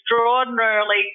extraordinarily